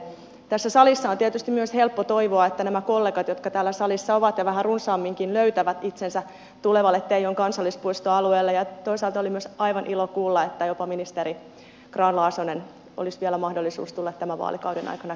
tässä salissa on tietysti myös helppo toivoa että nämä kollegat jotka täällä salissa ovat ja vähän runsaamminkin löytävät tiensä tulevalle teijon kansallispuistoalueelle ja toisaalta oli myös aivan ilo kuulla että jopa ministeri grahn laasosella olisi vielä mahdollisuus tulla tämän vaalikauden aikana käymään siellä meillä